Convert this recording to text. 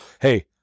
Hey